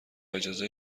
اجازه